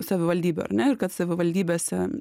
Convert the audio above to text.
savivaldybių ar ne ir kad savivaldybėse